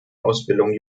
ausbildung